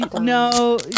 No